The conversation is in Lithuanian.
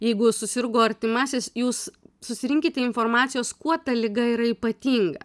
jeigu susirgo artimasis jūs susirinkite informacijos kuo ta liga yra ypatinga